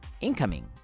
incoming